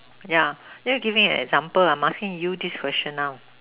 yeah then you give me an example I'm asking you this question now